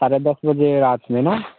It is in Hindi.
साढ़े दस बजे रात में ना